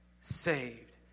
saved